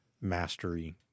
mastery